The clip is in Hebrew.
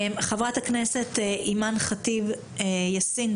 חברת הכנסת אימאן ח'טיב יאסין,